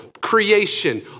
creation